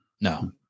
No